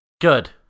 Good